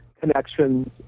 connections